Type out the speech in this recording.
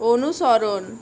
অনুসরণ